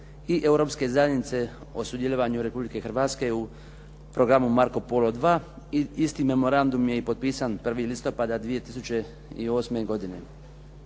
i Europske zajednice o sudjelovanju Republike Hrvatske u programu "Marco Polo II" i isti memorandum je potpisan 1. listopada 2008. godine.